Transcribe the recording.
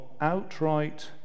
outright